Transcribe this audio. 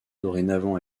dorénavant